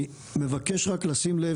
אני מבקש רק לשים לב,